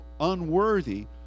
unworthy